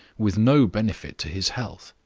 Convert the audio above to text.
with no benefit to his health.